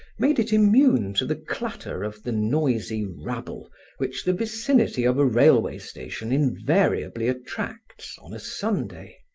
made it immune to the clatter of the noisy rabble which the vicinity of a railway station invariably attracts on a sunday.